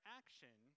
action